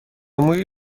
مویی